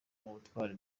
butwari